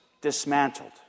dismantled